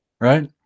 Right